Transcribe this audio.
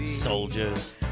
soldiers